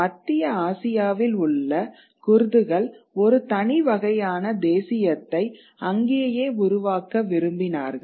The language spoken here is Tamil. மத்திய ஆசியாவில் உள்ள குர்துகள் ஒரு தனி வகையான தேசியத்தை அங்கேயே உருவாக்க விரும்பினார்கள்